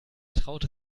traute